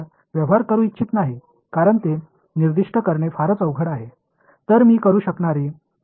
எனவே நான் வெற்றிடத்துடன் தொடங்கினேன் என்பது தெளிவாகிறது பின்னர் நான் ஒரு தடைக்கு சென்றேன்